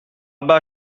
bas